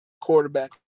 quarterback